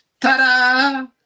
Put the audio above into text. Ta-da